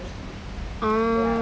oh